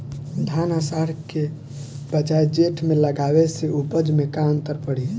धान आषाढ़ के बजाय जेठ में लगावले से उपज में का अन्तर पड़ी?